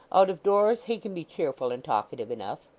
out of doors, he can be cheerful and talkative enough